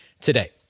today